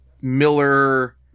Miller